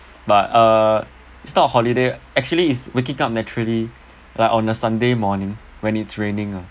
but uh it's not a holiday actually it's waking up naturally like on a sunday morning when it's raining ah